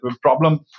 problem